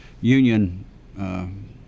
union